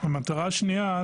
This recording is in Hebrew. המטרה השנייה,